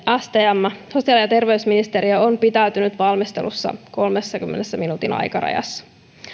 stm sosiaali ja terveysministeriö on pitäytynyt valmistelussa kolmenkymmenen minuutin aikarajassa